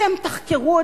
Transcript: אתם תחקרו אותם,